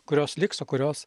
kurios liks o kurios